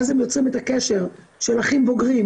ואז הם יוצרים את הקשר של אחים בוגרים,